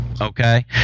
Okay